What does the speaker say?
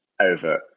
over